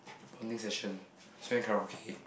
bonding session ah so went karaoke